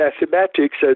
mathematics